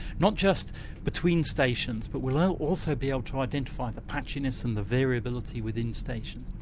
not just between stations but we'll also be able to identify the patchiness and the variability within stations.